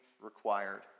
required